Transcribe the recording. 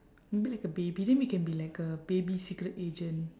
maybe like a baby then we can be like a baby secret agent